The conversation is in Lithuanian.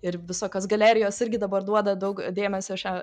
ir visokios galerijos irgi dabar duoda daug dėmesio šią